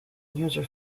user